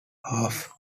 half